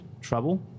trouble